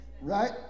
right